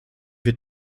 wir